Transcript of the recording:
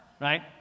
right